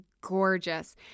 gorgeous